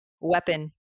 weapon